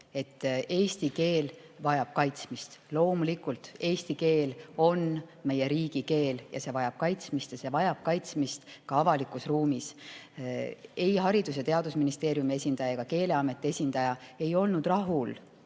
eesti keel vajab kaitsmist. Loomulikult! Eesti keel on meie riigikeel ja see vajab kaitsmist ja see vajab kaitsmist ka avalikus ruumis. Ei Haridus‑ ja Teadusministeeriumi esindaja ega Keeleameti esindaja ei olnud rahul